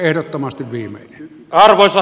arvoisa herra puhemies